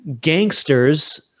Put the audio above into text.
gangsters